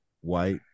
White